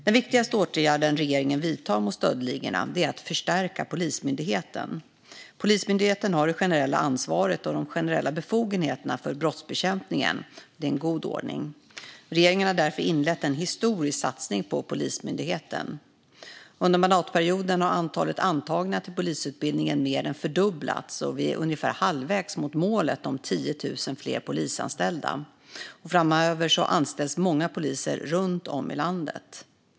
Den viktigaste åtgärden regeringen vidtar mot stöldligorna är att förstärka Polismyndigheten. Polismyndigheten har det generella ansvaret och de generella befogenheterna för brottsbekämpningen, och det är en god ordning. Regeringen har därför inlett en historisk satsning på Polismyndigheten. Under mandatperioden har antalet antagna till polisutbildningen mer än fördubblats, och vi är ungefär halvvägs mot målet om 10 000 fler polisanställda. Framöver anställs många poliser runt om i landet.